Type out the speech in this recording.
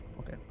Okay